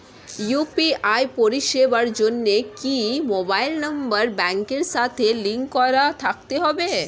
UPI পরিষেবার জন্য কি মোবাইল নাম্বার ব্যাংকের সাথে লিংক করা থাকতে হবে?